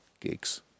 gigs